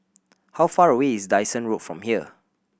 how far away is Dyson Road from here